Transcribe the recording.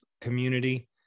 community